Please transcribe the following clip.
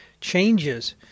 changes